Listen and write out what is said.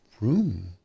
room